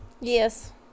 Yes